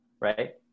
right